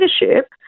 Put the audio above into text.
leadership